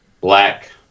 black